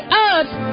earth